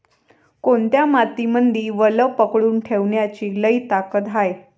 कोनत्या मातीमंदी वल पकडून ठेवण्याची लई ताकद हाये?